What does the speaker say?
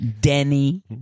Denny